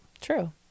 True